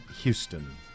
Houston